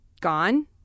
gone